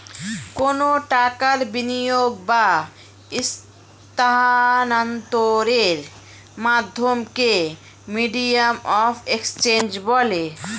কোনো টাকার বিনিয়োগ বা স্থানান্তরের মাধ্যমকে মিডিয়াম অফ এক্সচেঞ্জ বলে